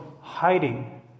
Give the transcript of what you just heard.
hiding